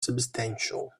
substantial